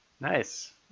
Nice